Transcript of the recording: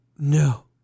No